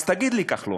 אז תגיד לי, כחלון,